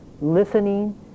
listening